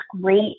great